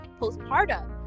postpartum